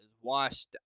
washed